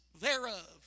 thereof